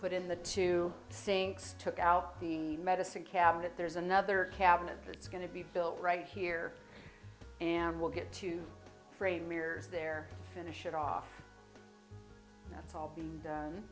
put in the two sinks took out the medicine cabinet there's another cabinet that's going to be built right here and we'll get to frame mirrors there finish it off that's all be